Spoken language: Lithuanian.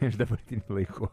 iš dabartinių laikų